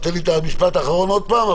אז תן לי את המשפט האחרון עוד פעם.